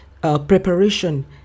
preparation